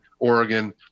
Oregon